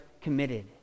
committed